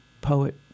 poet